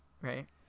right